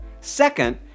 Second